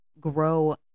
grow